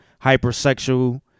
hypersexual